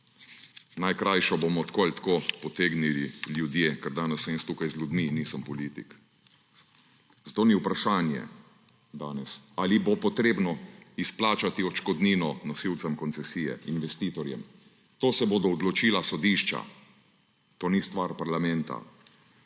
Najkrajšo bomo tako in tako potegnili ljudje, ker danes sem jaz tukaj z ljudmi, nisem politik. Zato ni vprašanje danes, ali bo potrebno izplačati odškodnino nosilcem koncesije, investitorjem. To se bodo odločila sodišča, to ni stvar parlamenta.